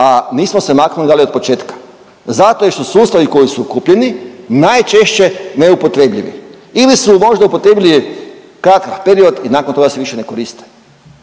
a nismo se maknuli dalje od početka zato jer su sustavi koji su kupljeni najčešće neupotrebljivi ili su možda upotrebljivi kratak period i nakon toga se više ne koriste.